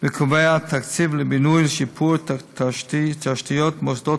וקובע תקציב לבינוי ולשיפור תשתיות מוסדות